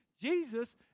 Jesus